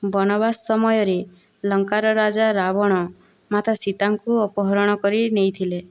ବନବାସ ସମୟରେ ଲଙ୍କାର ରାଜା ରାବଣ ମାତା ସୀତାଙ୍କୁ ଅପହରଣ କରିନେଇଥିଲେ